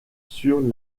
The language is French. sur